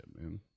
man